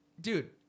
Dude